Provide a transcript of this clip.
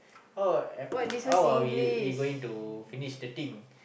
oh how are we we going to finish the thing